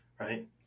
right